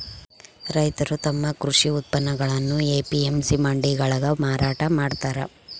ರೈತರು ತಮ್ಮ ಕೃಷಿ ಉತ್ಪನ್ನಗುಳ್ನ ಎ.ಪಿ.ಎಂ.ಸಿ ಮಂಡಿಗಳಾಗ ಮಾರಾಟ ಮಾಡ್ತಾರ